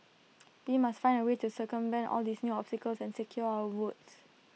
we must find A way to circumvent all these new obstacles and secure our votes